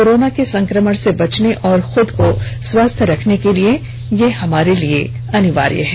corona के संकमण से बचने और खुद को स्वस्थ रखने के लिए यह हमारे लिए अनिवार्य है